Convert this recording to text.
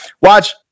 watch